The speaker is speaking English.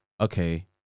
okay